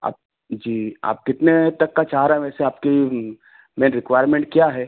आप जी आप कितने तक का चाह रहे हैं वैसे आपकी मेन रिक्वायरमेंट क्या है